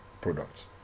products